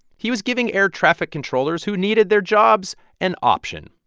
he was giving air traffic controllers who needed their jobs an option.